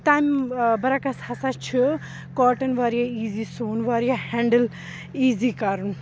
تَمہِ برعکس ہسا چھُ کاٹن واریاہ ایٖزی سوُن واریاہ ہینڈٕل ایٖزی کَرُن